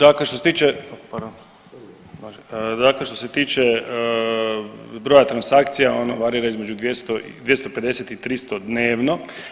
Dakle što se tiče ... [[Upadica se ne čuje.]] dakle što se tiče broja transakcija, ono varira između 200, 250 i 300 dnevno.